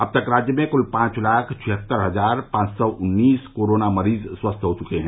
अब तक राज्य में कूल पांच लाख छियत्तर हजार पांच सौ उन्नीस कोरोना मरीज स्वस्थ हो चुके हैं